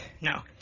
no